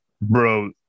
Bro